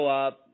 up